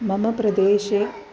मम प्रदेशे